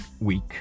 week